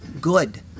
good